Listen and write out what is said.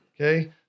okay